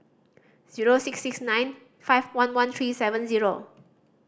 zero six six nine five one one three seven zero